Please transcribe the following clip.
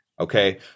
Okay